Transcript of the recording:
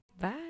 Bye